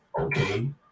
okay